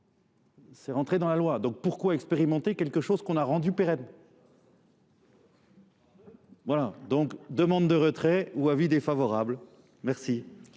C'est rentré dans la loi. Donc pourquoi expérimenter quelque chose qu'on a rendu pérenne ? Voilà, donc demande de retrait ou avis défavorable. Merci.